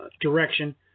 direction